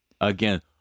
Again